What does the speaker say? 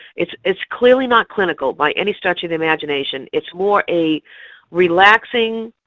it's it's clearly not clinical, by any stretch of the imagination. it's more a relaxing,